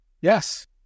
Yes